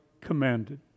commanded